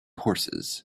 horses